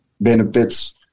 benefits